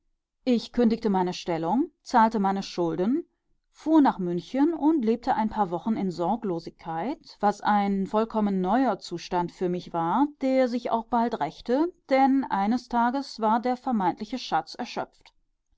ich kündigte meine stellung zahlte meine schulden fuhr nach münchen und lebte ein paar wochen in sorglosigkeit was ein vollkommen neuer zustand für mich war der sich auch bald rächte denn eines tages war der vermeintliche schatz erschöpft